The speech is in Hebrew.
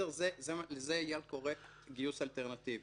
לזה אייל קורא "גיוס אלטרנטיבי".